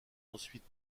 ensuite